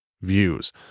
views